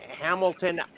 Hamilton